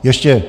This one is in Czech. Ještě...